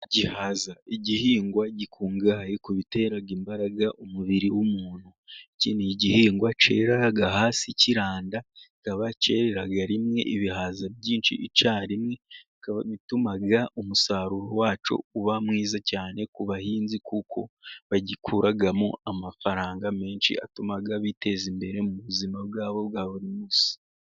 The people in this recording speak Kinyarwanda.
Igihaza, igihingwa gikungahaye ku bitera imbaraga umubiri w'umuntu, iki ni igihingwa cyerera hasi kiranda, kikaba cyerera rimwe ibihaza byinshi icyarimwe, bikaba bituma umusaruro wacyo uba mwiza cyane ku bahinzi, kuko bagikuramo amafaranga menshi atuma biteza imbere, mu buzima bwabo bwa buri munsi.